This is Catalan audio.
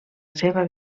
seva